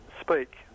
speak